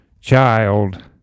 child